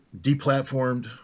deplatformed